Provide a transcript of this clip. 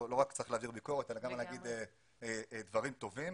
לא רק להעביר ביקורת אלא גם לומר דברים טובים.